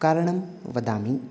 कारणं वदामि